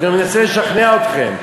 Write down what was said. עוד אני מנסה לשכנע אתכם.